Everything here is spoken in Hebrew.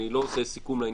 אני לא עושה סיכום לעניין,